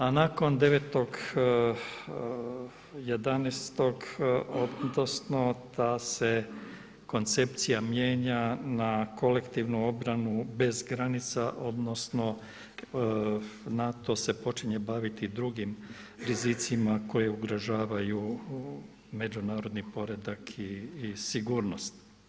A nakon 9.11. odnosno ta se koncepcija mijenja na kolektivnu obranu bez granica, odnosno NATO se počinje baviti drugim rizicima koje ugrožavaju međunarodni poredak i sigurnost.